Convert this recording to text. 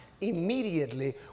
immediately